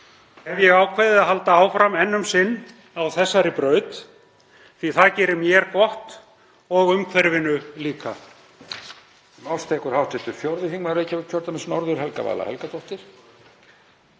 hef ég ákveðið að halda áfram enn um sinn á þessari braut því að það gerir mér gott og umhverfinu lika.